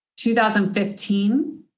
2015